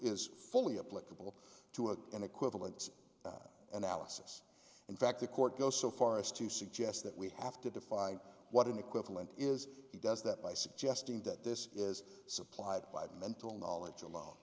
is fully a political two a in equivalence analysis in fact the court goes so far as to suggest that we have to define what an equivalent is he does that by suggesting that this is supplied by the mental knowledge alone